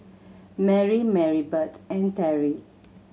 Mary Maribeth and Terrie